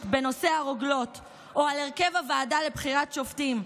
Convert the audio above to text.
בנושא הרוגלות או על הרכב הוועדה לבחירת שופטים,